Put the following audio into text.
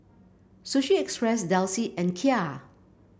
Sushi Express Delsey and Kia